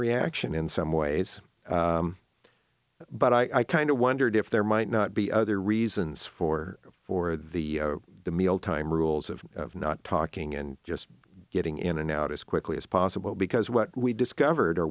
reaction in some ways but i kind of wondered if there might not be other reasons for for the mealtime rules of not talking and just getting in and out as quickly as possible because what we discovered or